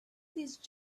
these